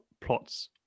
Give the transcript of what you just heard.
plots